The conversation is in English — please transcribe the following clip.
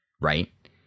right